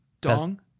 Dong